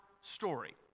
story